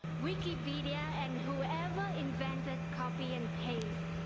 wikipedia, and whoever invented copy and paste.